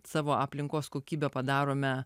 savo aplinkos kokybę padarome